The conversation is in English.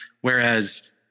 whereas